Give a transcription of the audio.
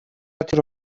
тэр